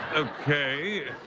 okay.